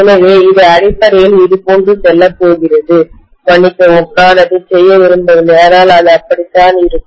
எனவே இது அடிப்படையில் இதுபோன்று செல்லப் போகிறது மன்னிக்கவும் நான் அதைச் செய்ய விரும்பவில்லை ஆனால் இது அப்படித்தான் இருக்கும்